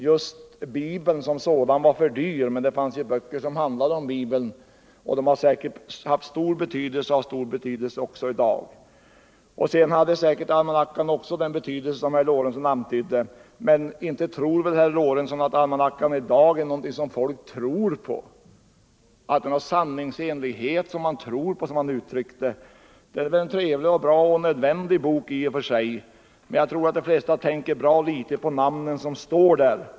Just Bibeln som sådan var för dyr, men det fanns ju böcker som handlade om Bibeln, och de har säkerligen haft stor betydelse och har det även i dag. Almanackan hade nog också den betydelse som herr Lorentzon antydde. Men inte menar väl herr Lorentzon att almanackan i dag är något som folk tror på och att den ger uttryck åt någon sanningsenlighet som man tror på? Det var ju så herr Lorentzon uttryckte sig. Almanackan är väl en trevlig och bra och nödvändig bok i och för sig, men jag tror att de flesta tänker mycket litet på namnen som står där.